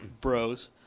bros